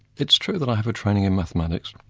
it's true that i have a training in mathematics,